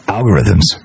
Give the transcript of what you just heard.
algorithms